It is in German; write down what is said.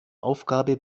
aufgabe